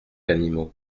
animaux